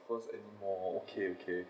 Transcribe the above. the first anymore okay okay